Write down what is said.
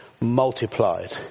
multiplied